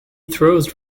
throws